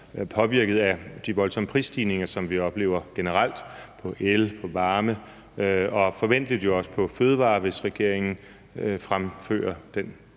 påvirket af de voldsomme prisstigninger, som vi oplever generelt på el, på varme og forventelig jo også på fødevarer, hvis regeringen gennemfører idéen